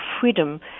freedom